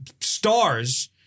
stars